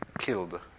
killed